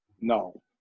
No